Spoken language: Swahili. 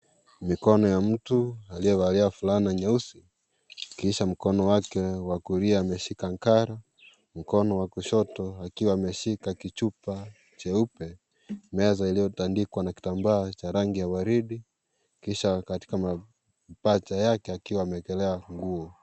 Mikono ya mtu aliyevalia vulana nyeusi, kisha mkono wake wa kulia ameshika ngari. Mkono wa kushoto akiwa ameshika kichupa jeupe, meza iliyotandikwa na kitambaa cha waridi, kisha katika mapaja yake akiwa ameekelea funguo.